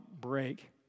break